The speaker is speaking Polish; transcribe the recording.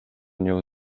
nią